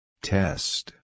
Test